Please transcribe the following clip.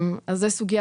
אז זה סוגיה